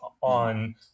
on